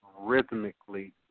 rhythmically